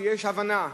כשיש הבנה,